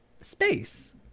Space